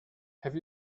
have